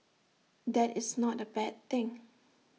that is not A bad thing